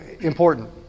important